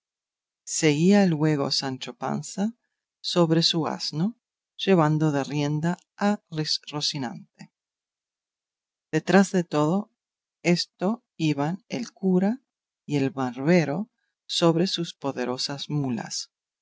seguía luego sancho panza sobre su asno llevando de rienda a rocinante detrás de todo esto iban el cura y el barbero sobre sus poderosas mulas